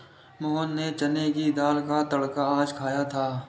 मोहन ने चने की दाल का तड़का आज खाया था